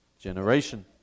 generation